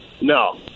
No